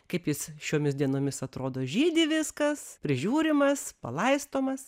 kaip jis šiomis dienomis atrodo žydi viskas prižiūrimas palaistomas